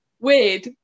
weird